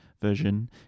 version